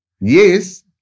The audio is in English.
Yes